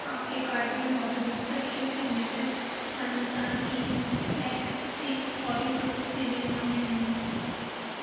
آپ کے کارٹ میں موجود Fresho signature parmesan cheese snack sticks فوری فروخت کے لیے مہیا نہیں ہے